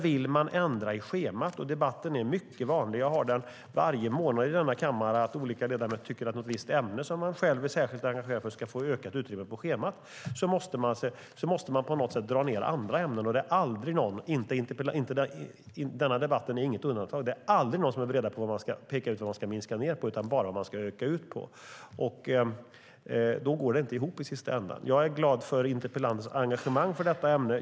Debatter om att ändra i schemat är mycket vanliga. Jag har dem varje månad i kammaren. Olika ledamöter tycker att det ämne de själva är särskilt engagerade i ska få ökat utrymme på schemat. Men då måste man dra ned på andra ämnen. Det är aldrig någon - och denna debatt är inget undantag - som är beredd att peka ut vad man ska minska ned på utan bara vad man ska utöka med. Då går det inte ihop i slutändan. Jag är glad för interpellantens engagemang för detta ämne.